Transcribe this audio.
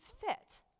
fit